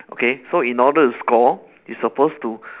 okay so in order to score you supposed to